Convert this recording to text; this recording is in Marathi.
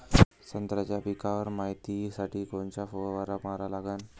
संत्र्याच्या पिकावर मायतीसाठी कोनचा फवारा मारा लागन?